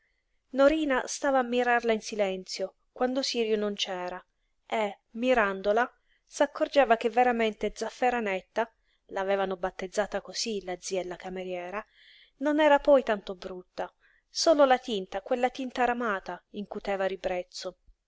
norina stava a mirarla in silenzio quando sirio non c'era e mirandola s'accorgeva che veramente zafferanetta l'avevano battezzata cosí la zia e la cameriera non era poi tanto brutta solo la tinta quella tinta ramata incuteva ribrezzo